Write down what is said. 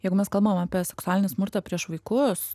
jeigu mes kalbam apie seksualinį smurtą prieš vaikus